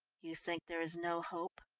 you think there is no hope?